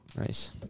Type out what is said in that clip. Nice